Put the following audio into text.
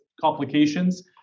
complications